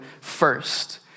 first